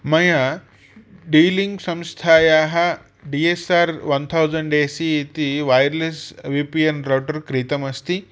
मया डीलिङ्क् संस्थायाः D S R one thousand A C इति wireless V P N router क्रीतमस्ति